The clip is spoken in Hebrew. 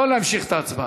לא להמשיך את ההצבעה.